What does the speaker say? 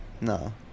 No